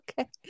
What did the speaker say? Okay